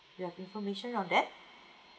ya information on that